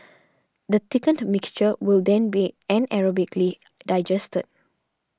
the thickened mixture will then be anaerobically digested